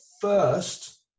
first